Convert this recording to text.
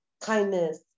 kindness